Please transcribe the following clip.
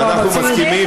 טוב, אנחנו מסכימים?